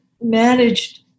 managed